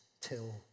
till